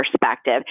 perspective